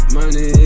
Money